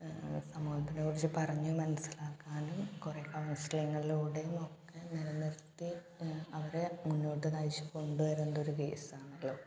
സമൂഹത്തിന് കുറച്ച് പറഞ്ഞ് മനസിലാക്കാനും കുറെ കൗൺസിലിംഗിലൂടേയും ഒക്കെ നിലനിർത്തി അവരെ മുന്നോട്ട് നയിച്ച് കൊണ്ട് വരണ്ട ഒരു കേസാണുള്ളത്